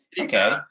Okay